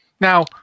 Now